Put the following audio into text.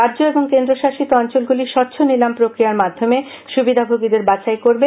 রাজ্য এবং কেন্দ্রশাসিত অঞ্চলগুলি স্বচ্ছ নিলাম প্রক্রিয়ার মাধ্যমে সুবিধাভোগীদের বাছাই করবে